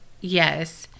Yes